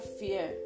fear